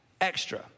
extra